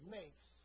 makes